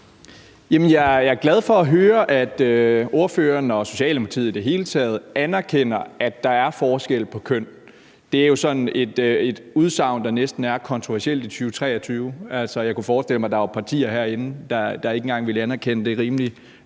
Jeg er glad for at høre, at ordføreren og Socialdemokratiet i det hele taget anerkender, at der er forskel på kønnene. Det er jo sådan et udsagn, der næsten er kontroversielt i 2023. Altså, jeg kunne forestille mig, at der var partier herinde, der ikke engang ville anerkende det rimelig